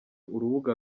urubuga